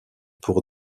pour